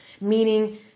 meaning